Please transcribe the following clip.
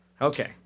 Okay